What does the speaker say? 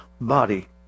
body